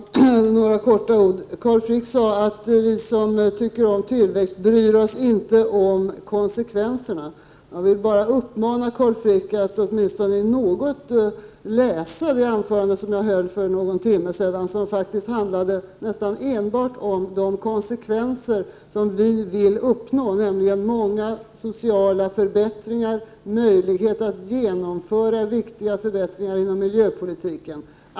Herr talman! Några få ord. Carl Frick sade att vi som tycker om tillväxt inte bryr oss om konsekvenserna. Jag vill då bara uppmana Carl Frick att åtminstone läsa det anförande som jag höll för någon timme sedan och som faktiskt handlade nästan enbart om de konsekvenser som vi vill uppnå, nämligen många sociala förbättringar och möjlighet att genomföra viktiga förbättringar inom miljöpolitiken.